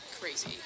crazy